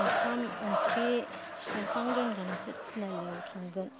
ओंखाम ओंख्रि संखां लोंखांसो थिनालियाव थांगोन